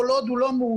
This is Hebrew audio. כל עוד הוא לא מאוים,